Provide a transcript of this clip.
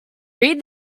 read